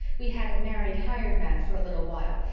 we had a married hired man for a little while,